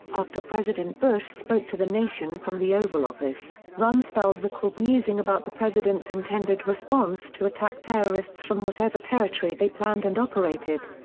after president bush spoke to the nation from the oval office, rumsfeld recalled musing about the president's intended response to attack terrorists from whatever territory they planned and operated.